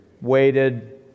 waited